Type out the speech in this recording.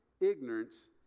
ignorance